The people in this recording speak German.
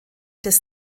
des